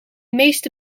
meeste